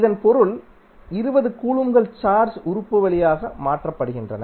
இதன் பொருள் 20 கூலொம்ப்கள் சார்ஜ் உறுப்பு வழியாக மாற்றப்படுகின்றன